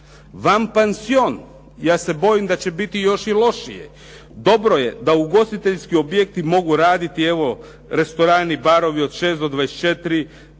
Van pansion ja se bojim da će biti još i lošije. Dobro je da ugostiteljski objekti mogu raditi evo restorani barovi od 6 do 24,